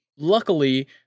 Luckily